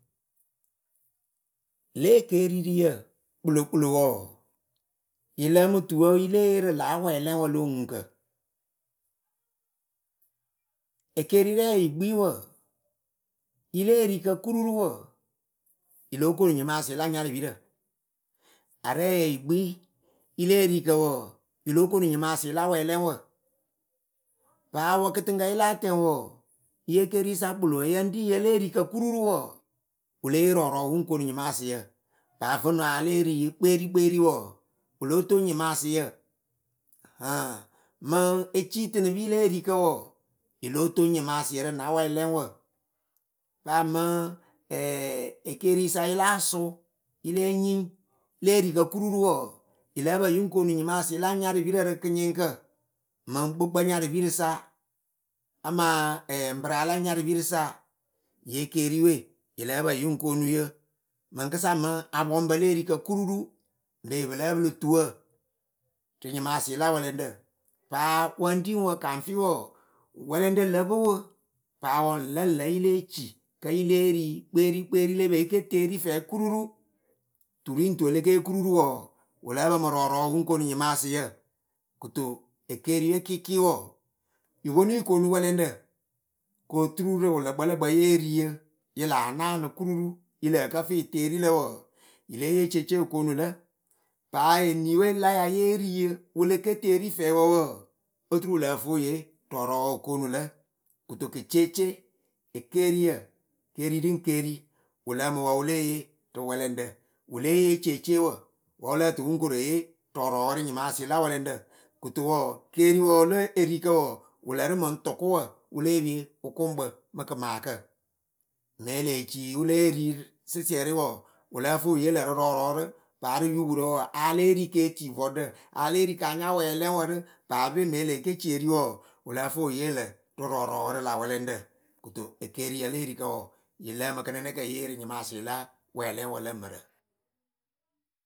lě ekeririyǝ kpɨlokpɨlo wɔɔ, yɨ lǝǝmɨ tuwǝ yǝ lée yee rɨ lǎ wɛlɛŋwǝ lo oŋuŋkǝ. ekerirɛɛ yɨ kpi wǝ yɨ le erikǝ kururu wɔɔ yɨ lóo koonu nyɩmasɩ la nyarɨpirǝ Arɛɛyǝ yɨ kpi yɨ le erikǝ wɔɔ, yɨ lo koonu nyamasɩ la wɛlɛŋwǝ paa wǝ kɨtɨŋkǝ yɨ láa tɛŋ wɔɔ, yɩ ekerisa kpɨlo ǝyǝriŋyǝ le erikǝ kururu wɔɔ, wɨ lée yee rɔɔrɔwǝ wɨŋ koonu nyɩmasɩyǝ paa vǝnuŋ a lée ri yɩ kperi kperi wɔɔ, wɨ lóo toŋ nyɩmasɩyǝ ahaŋ mɨŋ ecitɨnɨpi le erikǝ wɔɔ. yɩ lóo toŋ nyamasɩyǝ rɨ na wɛlɛŋwǝ paa mɨŋ ekeriyɨsa yɨ láa sʊ yɨ lée nyɩŋ, le erikǝ kururu wɔɔ yɨ lǝ pǝ yɨŋ ku nyiŋ la nyarɨpirǝ rɨ kɨnyɩŋkǝ. Miŋ kpɨkpɨ nyarɨpirɨsa. amaa bɨrayǝ la nyarɨpirɨsa ye ekeriyɨwe yɨ lǝ́ǝ pǝ yɨŋ koonu yɨ. mɨŋkɨsa mɨŋ apɔŋpǝ le erikǝ kururu be pɨ lǝ́ǝ pɨlɨ tuwǝ Rɨ nyɩmasɩ la wɛlɛŋɖǝ paa wɨriŋwǝ kaŋfɩ wɔɔ, wɛlɛŋɖǝ lǝ pɨ wɨ paa wǝ lǝŋlǝ yɨ lée ci kǝ yɨ lée ri kperi kperi le pee ke teri fɛɛ kururu. turiŋtu e le ke yee kururu wɔɔ, wɨ lǝ́ǝ pǝmɨ rɔɔrɔwǝ wɨŋ koonu nyɩmasɩ yǝ. Kɨto ekeiye kɩɩkɩ wɔɔ, yɨ ponu yɨ koonu wɛlɛŋɖǝ koturu rɨ wɨ lǝkpǝ lǝgbǝ yee ri yɨ koturuyɨ laa naanɨ kururu, yɨ lǝǝ kǝ fɨ yɨ teeri lǝ wɔɔ, yɨ lée yee ceceew; yɨ koonu lǝ̌ paa eniyɨwe la ya yɨ lée ri yɨ wɨ lǝ kǝ sǝ fɛwǝ wǝǝ oturu wɨ lǝ fɨ wɨ yee rɔɔrɔwǝ wɨ koonu lǝ. kɨto kɨ ceece ekeriyǝ kerirɨŋkeri wɨ lǝǝmɨ wǝ wɨ lée yee rɨ wɛlɛŋɖǝ wɨ lée yee ceceewǝ wǝ wɨ lǝ tɨ wɨŋ kore yee rɔɔrɔwǝ rɨ nyɩmasɩ la wɛlɛŋɖǝ. kɨto keriwǝ le erikǝ wɔɔ wɨ lǝrɨ mɨŋ tʊkʊwǝ wɨ le pie wɨkʊŋkpǝ mɨ kɨmaakǝ mɨŋ e lee ci wɨ le ri sɩsɩɛrɩ wɔɔ, wɨ lǝ fɨ wɨ yee lǝ rɨ rɔɔrɔwǝ rɨ paa ypurǝ wɔɔ a ya lɛ́e ri ke ti vɔɖǝ a lée ri ka nya wɛlɛŋwǝ rɨ paape me e lee ke ci eri wɔɔ, wɨ lǝ́ǝ fɨ wɨ yee lǝ rɨ rɔɔrɔwǝ rɨ la wɛlɛŋɖǝ kɨto ekeriyǝ le erikǝ wɔɔ, uɨ lǝǝmɨ kɨnɨnɛkǝ kɨ le yee rɨ nyɩmasɩla wɛlɛŋwǝ lǝ mǝrǝ.